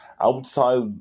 outside